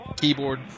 keyboard